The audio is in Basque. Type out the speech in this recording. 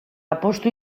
apustu